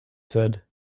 said